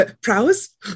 Prowess